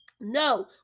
no